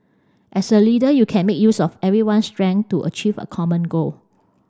as a leader you can make use of everyone's strength to achieve a common goal